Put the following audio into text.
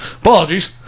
Apologies